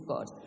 God